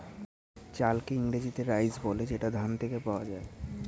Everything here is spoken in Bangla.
চালকে ইংরেজিতে রাইস বলে যেটা ধান থেকে পাওয়া যায়